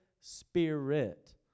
spirit